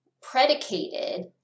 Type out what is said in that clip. predicated